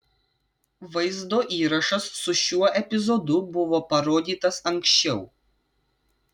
vaizdo įrašas su šiuo epizodu buvo parodytas anksčiau